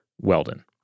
Weldon